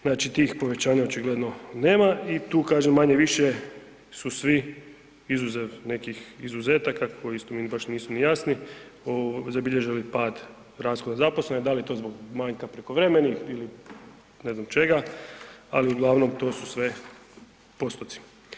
Znači tih povećanja očigledno nema i tu kažem manje-više su svi izuzev nekih izuzetaka koji isto baš meni nisu ni jasni, zabilježili pad rashoda zaposlenih, da li to zbog manjka prekovremenih ili ne znam čega, ali uglavnom to su sve postotci.